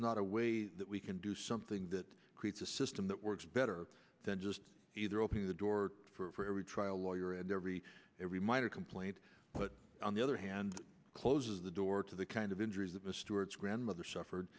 's not a way that we can do something that creates a system that works better then just either open the door for every trial lawyer and every every minor complaint but on the other hand closes the door to the kind of injuries that mr wertz grandmother